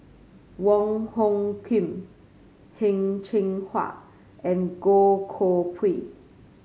Wong Hung Khim Heng Cheng Hwa and Goh Koh Pui